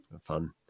Fun